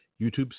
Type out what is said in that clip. YouTube